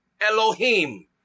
Elohim